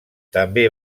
també